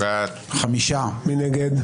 מי נגד?